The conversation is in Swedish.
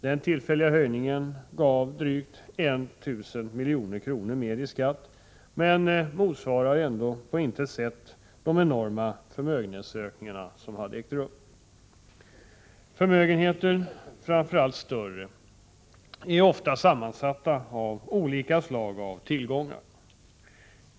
Den tillfälliga höjningen gav drygt 1 000 milj.kr. mer i skatt men motsvarade på intet sätt de enorma förmögenhetsökningar som ägt rum. Förmögenheter, framför allt större, är ofta sammansatta av olika slag av tillgångar.